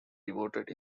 devoted